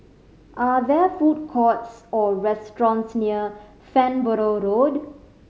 are there food courts or restaurants near Farnborough Road